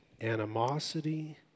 animosity